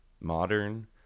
modern